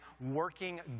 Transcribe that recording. working